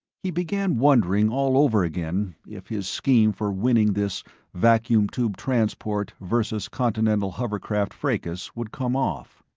he began wondering all over again if his scheme for winning this vacuum tube transport versus continental hovercraft fracas would come off.